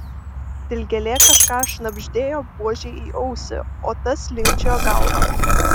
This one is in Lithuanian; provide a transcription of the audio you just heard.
dilgėlė kažką šnabždėjo buožei į ausį o tas linkčiojo galva